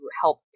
help